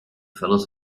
fellows